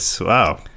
Wow